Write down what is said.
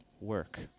work